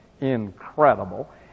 Incredible